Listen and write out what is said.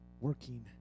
working